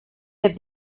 der